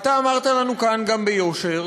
אתה אמרת לנו כאן גם ביושר,